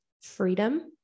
freedom